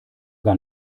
gar